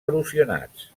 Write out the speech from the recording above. erosionats